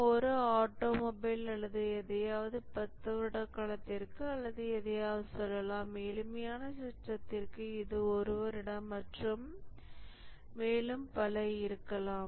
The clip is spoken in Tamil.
ஒரு ஆட்டோமொபைல் அல்லது எதையாவது 30 வருட காலத்திற்கு அல்லது எதையாவது சொல்லலாம் எளிமையான சிஸ்டத்திற்கு இது 1 வருடம் மற்றும் மேலும் பல இருக்கலாம்